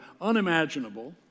unimaginable